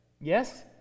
Yes